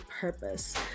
purpose